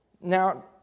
Now